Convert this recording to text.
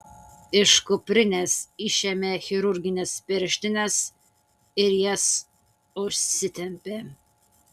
iš kuprinės išėmė chirurgines pirštines ir jas užsitempė